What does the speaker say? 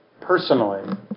personally